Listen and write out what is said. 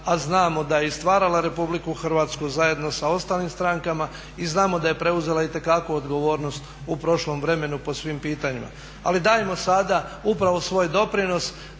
a znamo da je i stvarala RH zajedno sa ostalim strankama i znamo da je preuzela itekakvu odgovornost u prošlom vremenu po svim pitanjima. Ali dajmo sada upravo svoj doprinos